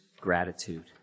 gratitude